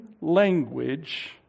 language